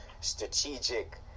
strategic